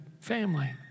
family